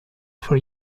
for